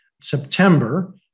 September